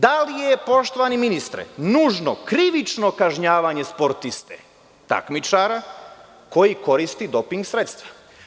Da li je, poštovani ministre, nužno krivično kažnjavanje sportiste takmičara koji koristi doping sredstva?